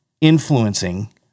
influencing